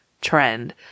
trend